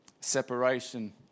separation